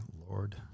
Lord